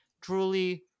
Truly